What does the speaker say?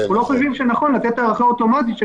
אנחנו לא חושבים שנכון לתת הארכה אוטומטית של